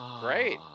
great